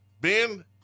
Ben